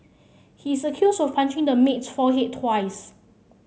he is accused of punching the maid's forehead twice